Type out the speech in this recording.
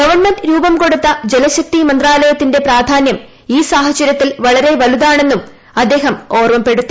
government രൂപംകൊടുത്ത ജലശക്തി മന്ത്രാലയത്തിന്റെ പ്രാധാനൃം ഈ സാഹചര്യത്തിൽ വളരെ വലുതാണെന്നും അദ്ദേഹം ഓർമ്മപ്പെടുത്തി